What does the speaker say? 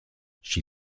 she